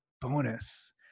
bonus